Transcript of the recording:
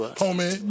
homie